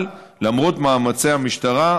אבל למרות מאמצי המשטרה,